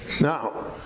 Now